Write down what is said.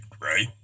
right